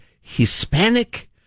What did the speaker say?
Hispanic